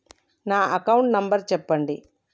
నా account number చెప్పండి?